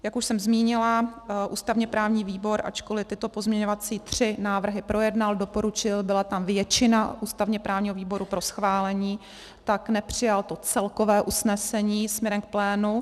Jak už jsem zmínila, ústavněprávní výbor, ačkoliv tyto tři pozměňovací návrhy projednal, doporučil, byla tam většina ústavněprávního výboru pro schválení, tak nepřijal celkové usnesení směrem k plénu.